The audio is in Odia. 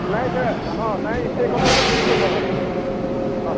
ନାଇଁ ସେ ହଁ ନାଇଁ ସେ କଥା ତ ଠିକ୍ କଥା ଭାଇ ହଁ